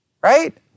Right